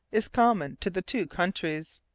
is common to the two countries.